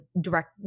direct